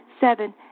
Seven